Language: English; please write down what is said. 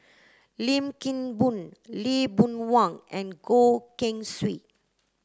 Lim Kim Boon Lee Boon Wang and Goh Keng Swee